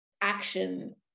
action